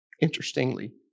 interestingly